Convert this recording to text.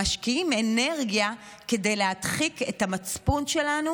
משקיעים אנרגיה כדי להדחיק את המצפון שלנו,